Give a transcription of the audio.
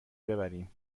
ببریم